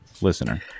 listener